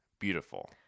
Beautiful